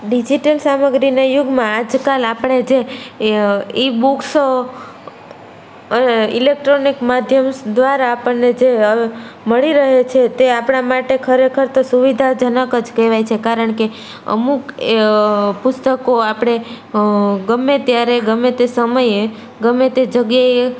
digital સામગ્રીના યુગમાં આજકાલ આપણે જે ઈ બુક્સ ઇલેક્ટ્રોનિક માધ્યમ દ્વારા આપણને જે મળી રહે છે તે આપણા માટે ખરેખર તો સુવિધાજનક જ કહેવાય છે કારણકે અમુક એ પુસ્તકો આપણે ગમે ત્યારે ગમે તે સમયે ગમે તે જગ્યાએ એ